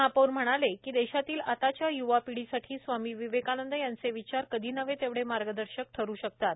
महापौर म्हणाले देशातील आताच्या य्वापीढीसाठी स्वामी विवेकानंद यांचे विचार कधी नव्हे तेवढे मार्गदर्शक ठरू शकतात